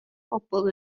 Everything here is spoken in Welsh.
pobl